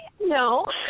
No